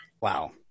Wow